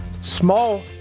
Small